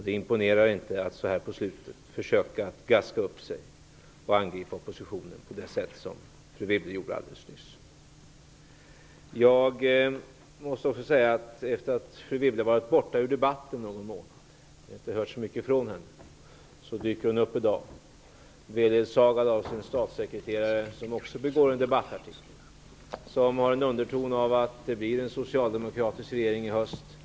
Det imponerar inte att så här på slutet försöka gaska upp sig och angripa oppositionen på det sätt som fru Wibble gjorde alldeles nyss. Fru Wibble har varit borta ur debatten någon månad, vi har inte hört så mycket från henne. Så dyker hon upp i dag beledsagad av sin statssekreterare som också skrivit en debattartikel som har en underton att det blir en socialdemokratisk regering i höst.